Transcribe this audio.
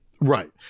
Right